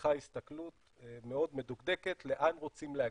מצריכה הסתכלות מאוד מדוקדקת לאן רוצים להגיע,